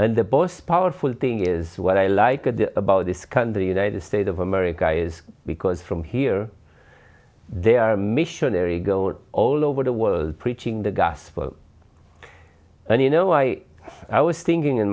and the boss powerful thing is what i like a day about this country united states of america is because from here there are a missionary go all over the world preaching the gospel and you know i i was thinking in